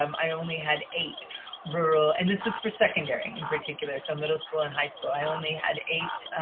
um i only had eight rural and this was for secondary in particular, so middle school and high school i only had eight